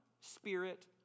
spirit